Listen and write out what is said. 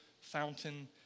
fountain